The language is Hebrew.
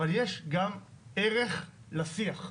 אבל יש גם ערך לשיח,